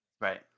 Right